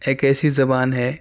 ایک ایسی زبان ہے